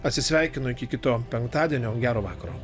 atsisveikinu iki kito penktadienio gero vakaro